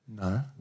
No